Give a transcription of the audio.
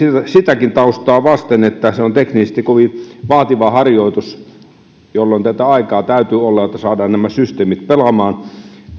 sitäkin taustaa vasten että se on teknisesti kovin vaativa harjoitus jolloin aikaa täytyy olla jotta saadaan nämä systeemit pelaamaan